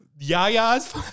Yaya's